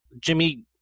Jimmy